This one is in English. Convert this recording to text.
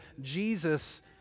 Jesus